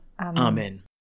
Amen